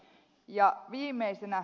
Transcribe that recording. ja viimeisenä